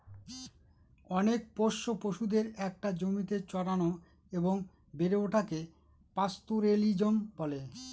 অনেক পোষ্য পশুদের একটা জমিতে চড়ানো এবং বেড়ে ওঠাকে পাস্তোরেলিজম বলে